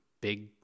big